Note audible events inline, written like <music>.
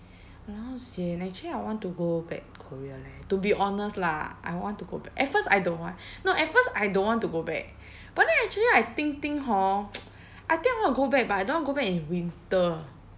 !walao! sian actually I want to go back korea leh to be honest lah I would want to go back at first I don't want no at first I don't want to go back but then actually I think think hor <noise> I think I want to go back but I don't want to go back in winter